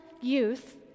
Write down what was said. youth